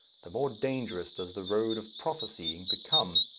the more dangerous does the road of prophesying become,